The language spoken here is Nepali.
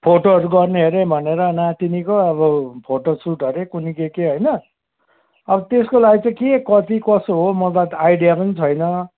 फोटोहरू गर्ने अरे भनेर नातिनीको अब फोटोसुट अरे कुन्नि के के होइन अब त्यसको लागि चाहिँ के कति कसो हो मलाई त आइडिया पनि छैन